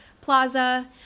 Plaza